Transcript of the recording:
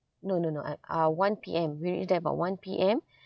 no no no I uh one P_M we reach there about one P_M